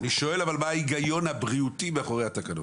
אבל אני שואל מה ההיגיון הבריאותי מאחורי התקנות.